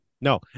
No